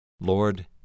Lord